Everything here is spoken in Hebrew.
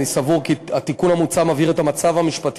אני סבור כי התיקון המוצע מבהיר את המצב המשפטי,